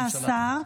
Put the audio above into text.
תודה רבה, השר.